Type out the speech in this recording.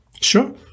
Sure